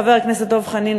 חבר הכנסת דב חנין,